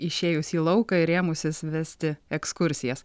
išėjus į lauką ir ėmusis vesti ekskursijas